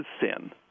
sin